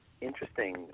interesting